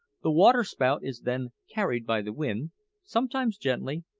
the waterspout is then carried by the wind sometimes gently,